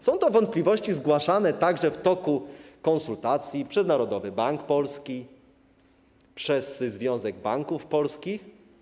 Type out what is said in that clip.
Są to wątpliwości zgłaszane także w toku konsultacji przez Narodowy Bank Polski, przez Związek Banków Polskich.